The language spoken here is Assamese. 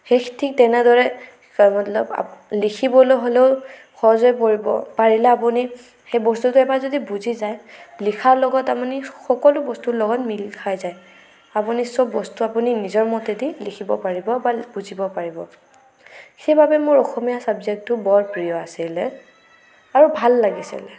সেই ঠিক তেনেদৰে লিখিবলৈ হ'লেও সহজ হৈ পৰিব পাৰিলে আপুনি সেই বস্তুটো এবাৰ যদি বুজি যায় লিখাৰ লগত আপুনি সকলো বস্তুৰ লগত মিল খাই যায় আপুনি চ'ব বস্তু আপুনি নিজৰ মতেদি লিখিব পাৰিব বা বুজিব পাৰিব সেইবাবে মোৰ অসমীয়া চাবজেক্টটো বৰ প্ৰিয় আছিলে আৰু ভাল লাগিছিলে